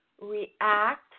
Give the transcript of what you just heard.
react